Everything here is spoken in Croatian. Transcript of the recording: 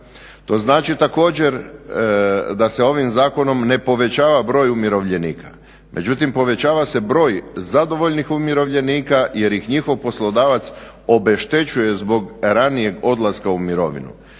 To znači također da se ovim zakonom ne povećava broj umirovljenika, međutim povećava se broj zadovoljnih umirovljenika jer ih njihov poslodavac obeštećuje zbog ranijeg odlaska u mirovinu.